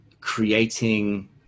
creating